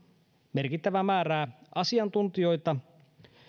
merkittävää määrää asiantuntijoita